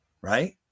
Right